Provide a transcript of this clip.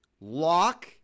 Lock